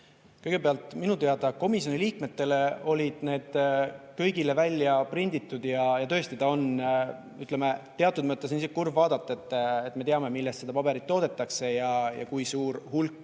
Kõigepealt, minu teada komisjoni liikmetele olid need kõigile välja prinditud. Tõesti, ütleme, teatud mõttes on seda isegi kurb vaadata, sest me teame, millest seda paberit toodetakse, kui suur hulk